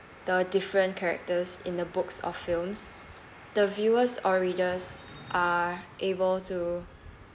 the different characters in the books or films the viewers or readers are able to